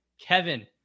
Kevin